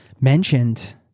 mentioned